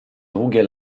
długie